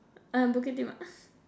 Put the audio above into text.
uh bukit-Timah